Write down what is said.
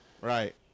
right